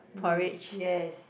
mm yes